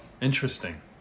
Interesting